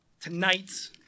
Tonight